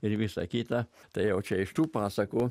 ir visa kita tai o čia iš tų pasakų